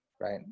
right